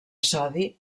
sodi